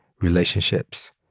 relationships